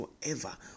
forever